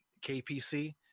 kpc